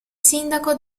sindaco